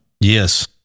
Yes